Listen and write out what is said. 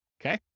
Okay